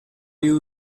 you